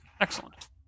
Excellent